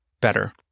better